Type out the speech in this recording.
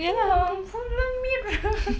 ding dong full length mirror